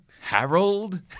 Harold